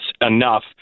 enough